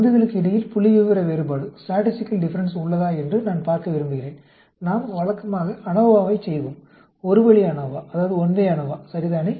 மருந்துகளுக்கு இடையில் புள்ளிவிவர வேறுபாடு உள்ளதா என்று நான் பார்க்க விரும்புகிறேன் நாம் வழக்கமாக ANOVA ஐச் செய்வோம் ஒரு வழி ANOVA சரிதானே